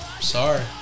Sorry